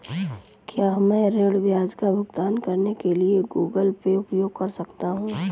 क्या मैं ऋण ब्याज का भुगतान करने के लिए गूगल पे उपयोग कर सकता हूं?